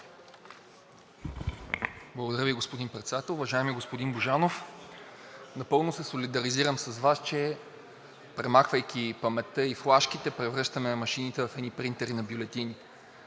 Благодаря Ви, господин Председател. Уважаеми господин Божанов, напълно се солидаризирам с Вас, че премахвайки паметта и флашките, превръщаме машините в едни принтери на бюлетини.